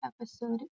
episode